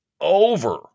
over